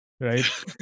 right